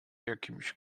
jakimś